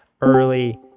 early